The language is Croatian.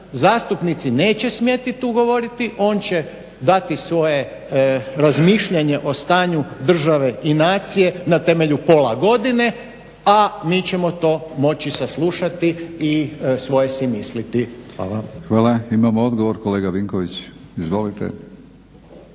zastupnici neće smjeti tu govoriti. On će dati svoje razmišljanje o stanju države i nacije na temelju pola godine, a mi ćemo to moći saslušati i svoje si misliti. **Batinić, Milorad (HNS)** Hvala. Imamo odgovor kolega Vinković. Izvolite.